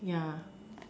yeah